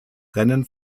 rennen